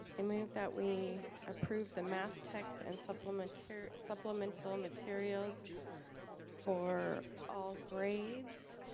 i move that we approved the math text and supplemental supplemental materials for all grades